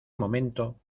momento